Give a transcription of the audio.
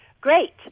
great